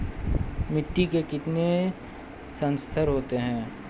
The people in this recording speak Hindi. मिट्टी के कितने संस्तर होते हैं?